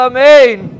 Amen